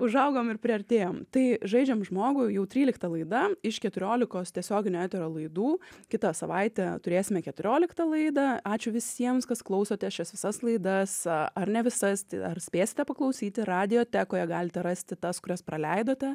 užaugom ir priartėjom tai žaidžiam žmogų jau trylikta laida iš keturiolikos tiesioginio eterio laidų kitą savaitę turėsime keturioliktą laidą ačiū visiems kas klausotės šias visas laidas ar ne visas ar spėsite paklausyti radiotekoje galite rasti tas kurias praleidote